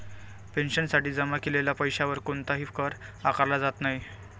पेन्शनसाठी जमा केलेल्या पैशावर कोणताही कर आकारला जात नाही